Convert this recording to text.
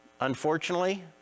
unfortunately